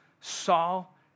Saul